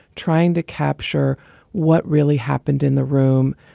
trying to capture what really happened in the room,